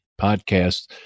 podcasts